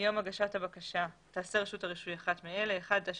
מיום הגשת הבקשה תעשה רשות הרישוי אחת מאלה: תאשר